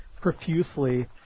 profusely